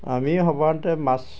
আমি সৰ্বসাধাৰণতে মাছ